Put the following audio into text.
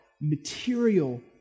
material